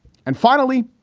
and finally,